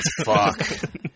Fuck